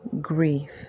grief